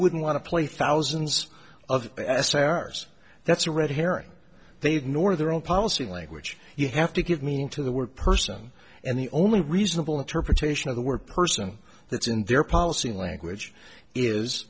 wouldn't want to play thousands of stars that's a red herring they've nor their own policy language you have to give meaning to the word person and the only reasonable interpretation of the word person that's in their policy language is